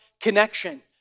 connection